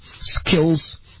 skills